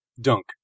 Dunk